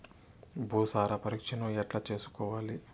భూసార పరీక్షను ఎట్లా చేసుకోవాలి?